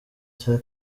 cya